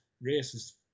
races